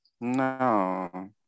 No